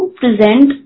present